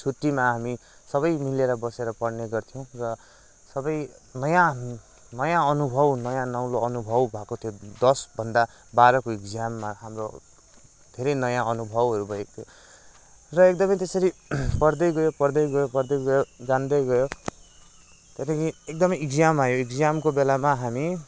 छुट्टीमा हामी सबै मिलेर बसेर पढ्ने गर्थ्यौँ र सबै नयाँ नयाँ अनुभव नयाँ नौलो अनुभव भएको थियो दसभन्दा बाह्रको एक्जाममा हाम्रो धेरै नयाँ अनुभवहरू भएको थियो र एकदमै त्यसरी पढ्दै गयो पढ्दै गयो पढ्दै गयो र जान्दै गयो र त्यहाँदेखि एकदमै एक्जाम आयो एक्जामको बेलामा हामी